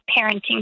parenting